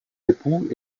époux